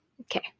Okay